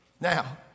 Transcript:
Now